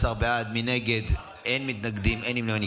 11 בעד, אין מתנגדים, אין נמנעים.